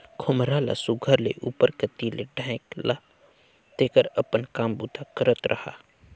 खोम्हरा ल सुग्घर ले उपर कती ले ढाएक ला तेकर अपन काम बूता करत रहा